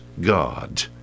God